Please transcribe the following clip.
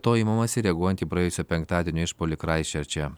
to imamasi reaguojant į praėjusio penktadienio išpuolį kraistčerče